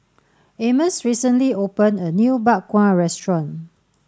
Amos recently open a new Bak Kwa restaurant